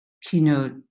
keynote